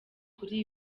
kuri